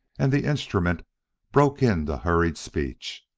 and the instrument broke into hurried speech.